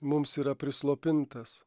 mums yra prislopintas